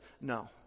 no